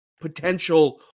potential